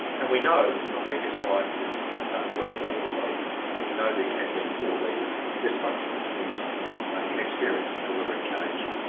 and we know from previous slides this has not done well by everybody we know they can be poor leaders, dysfunctional teams in experience in delivering change